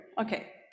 Okay